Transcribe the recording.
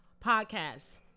podcast